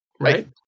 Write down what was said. Right